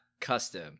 custom